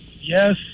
yes